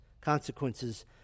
consequences